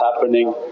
happening